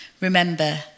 Remember